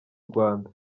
rwanda